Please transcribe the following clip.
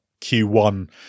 q1